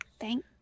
Thank